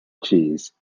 cheese